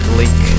link